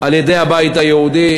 על-ידי הבית היהודי,